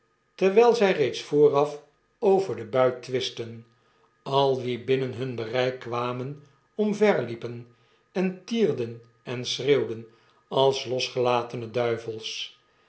terwgl zij reeds vooraf over den buil twistten al wie binnen hun bereik kwamen omverliepen en tierden en schreeuwden als losgelatene duivels